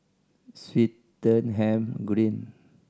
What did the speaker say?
Swettenham Green